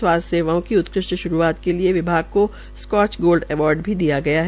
स्वास्थ्य सेवाओं का उत्कृष्ट श्रूआत के लिए विभाग स्कोच गोल्ड अवार्ड भी दिया है